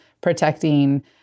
protecting